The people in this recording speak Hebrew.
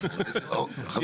טוב, חברים.